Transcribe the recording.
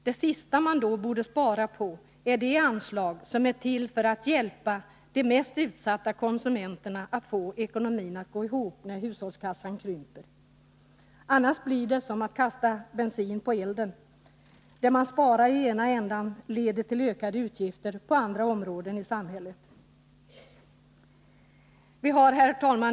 Det sista man då borde spara på är de anslag som är till för att hjälpa de mest utsatta konsumenterna att få ekonomin att gå ihop när hushållskassan krymper. Annars blir det som att hälla bensin på elden. Det man sparar på det ena hållet leder till ökade utgifter på andra områden i samhället. Herr talman!